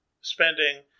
spending